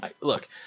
look